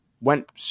went